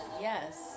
yes